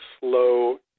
slow